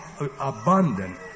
abundant